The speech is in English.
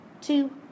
two